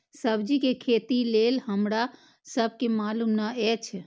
सब्जी के खेती लेल हमरा सब के मालुम न एछ?